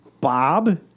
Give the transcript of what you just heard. Bob